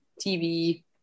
tv